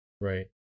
Right